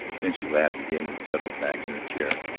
then she laughed again and settled back in her chair.